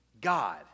God